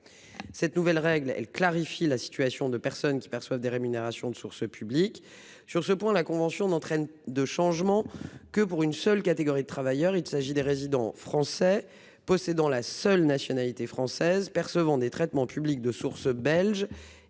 Cette nouvelle règle clarifie en réalité la situation des personnes qui perçoivent des rémunérations de source publique. Sur ce point, la convention n'entraîne des changements que pour une seule catégorie de travailleurs : les résidents français possédant la seule nationalité française, percevant des traitements publics de source belge